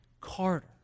Carter